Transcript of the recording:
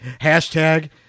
hashtag